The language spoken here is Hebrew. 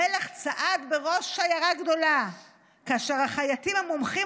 המלך צעד בראש שיירה גדולה בעוד החייטים המומחים